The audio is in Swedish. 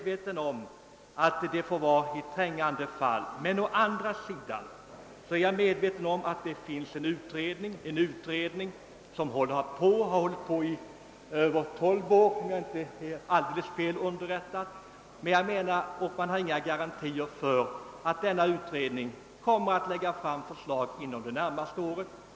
Visserligen arbetar en utredning med frågan, men den har hållit på i över 12 år — om jag inte är alldeles fel underrättad — och man har inga garantier för att den kommer att lägga fram förslag inom det närmaste året.